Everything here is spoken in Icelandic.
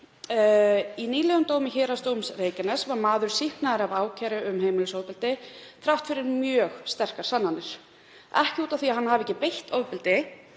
Í nýlegum dómi Héraðsdóms Reykjaness var maður sýknaður af ákæru um heimilisofbeldi þrátt fyrir mjög sterkar sannanir, ekki af því að hann hafi ekki beitt ofbeldi